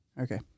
Okay